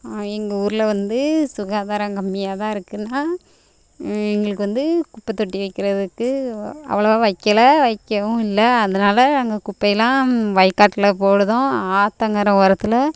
எங்கள் ஊரில் வந்து சுகாதாரம் கம்மியாகதான் இருக்குன்னால் எங்களுக்கு வந்து குப்பைத்தொட்டி வைக்கிறதுக்கு அவ்வளோவா வைக்கலை வைக்கவும் இல்லை அதனால நாங்கள் குப்பைலாம் வயல்காட்டுல போடுறோம் ஆத்தங்கரை ஓரத்தில்